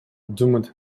doomed